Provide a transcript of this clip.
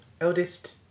eldest